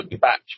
batch